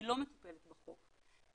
היא לא מטופלת בחוק.